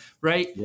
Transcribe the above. right